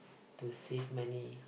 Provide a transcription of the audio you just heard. to save money